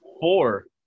Four